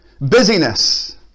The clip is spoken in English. busyness